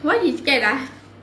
what you scared ah